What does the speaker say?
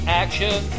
action